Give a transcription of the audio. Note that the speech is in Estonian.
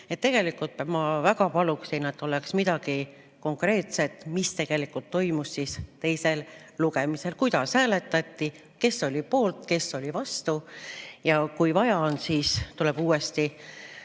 Tegelikult ma väga paluksin, et oleks midagi konkreetset, mis tegelikult toimus teisel lugemisel, kuidas hääletati, kes oli poolt, kes oli vastu, ja kui vaja on, siis tulevad uuesti